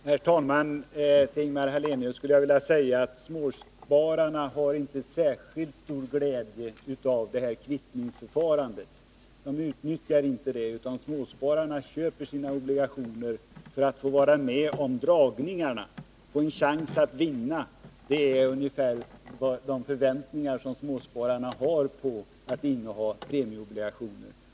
Herr talman! Jag vill säga till Ingemar Hallenius att småspararna inte har särskilt stor glädje av ett kvittningsförfarande. De utnyttjar inte det, utan de köper sina obligationer för att få vara med om dragningarna och ha en chans att vinna. Det är ungefär de förväntningarna som småspararna har när det gäller innehavet av premieobligationer.